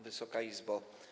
Wysoka Izbo!